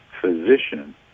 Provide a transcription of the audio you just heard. physician